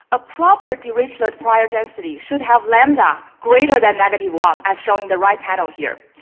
a property reach that prior density should have lambda greater than negative one, as shown in the right panel here.